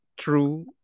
true